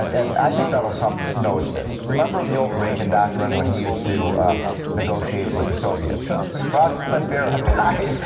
and i think donald trump knows this remember the old reagan doctrine, when he used to negotiate with the soviets trust but trust but verify.